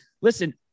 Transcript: listen